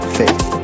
faith